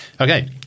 okay